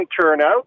turnout